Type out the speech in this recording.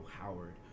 Howard